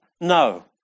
No